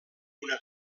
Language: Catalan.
una